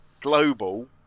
global